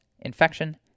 infection